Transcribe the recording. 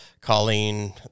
Colleen